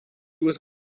was